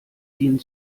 ihnen